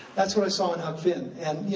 that's what i saw in huck finn. and you